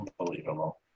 Unbelievable